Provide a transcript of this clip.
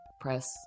press